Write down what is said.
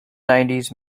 nineties